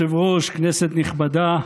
מזמן.